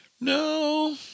No